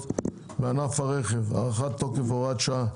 בענף הרכב (הארכת תוקף הוראת שעה),